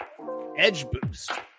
EdgeBoost